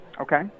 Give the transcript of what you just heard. Okay